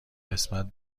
قسمت